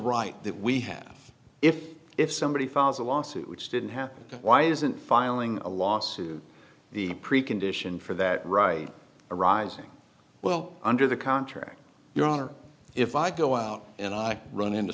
right that we have if if somebody files a lawsuit which didn't happen why isn't filing a lawsuit the precondition for that right arising well under the contract your honor if i go out and i run into